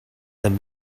that